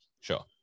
Sure